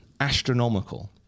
astronomical